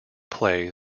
play